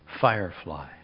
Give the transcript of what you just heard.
Firefly